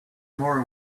more